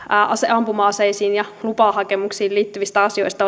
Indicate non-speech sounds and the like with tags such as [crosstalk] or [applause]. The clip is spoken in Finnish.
ampuma aseisiin ja lupahakemuksiin liittyvistä asioista [unintelligible]